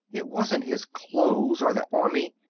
it wasn't his clothes or the army.